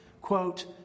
quote